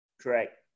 Correct